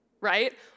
right